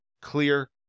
clear